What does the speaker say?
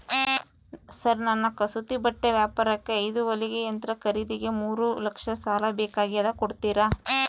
Sir ನನ್ನ ಕಸೂತಿ ಬಟ್ಟೆ ವ್ಯಾಪಾರಕ್ಕೆ ಐದು ಹೊಲಿಗೆ ಯಂತ್ರ ಖರೇದಿಗೆ ಮೂರು ಲಕ್ಷ ಸಾಲ ಬೇಕಾಗ್ಯದ ಕೊಡುತ್ತೇರಾ?